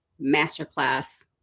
masterclass